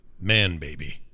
man-baby